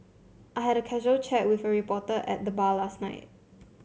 I had a casual chat with a reporter at the bar last night